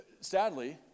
Sadly